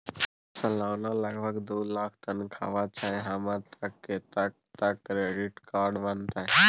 सलाना लगभग दू लाख तनख्वाह छै हमर त कत्ते तक के क्रेडिट कार्ड बनतै?